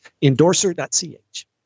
Endorser.ch